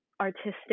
artistic